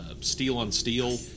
steel-on-steel